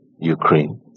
Ukraine